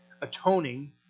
atoning